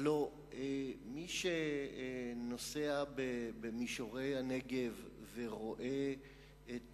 הלוא מי שנוסע במישורי הנגב ורואה את